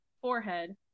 forehead